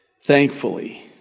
thankfully